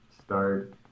start